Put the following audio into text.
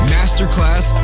Masterclass